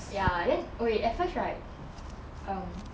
ya then okay at first right um